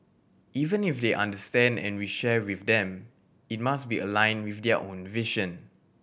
even if they understand and we share with them it must be aligned with their own vision